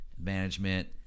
management